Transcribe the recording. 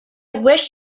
wish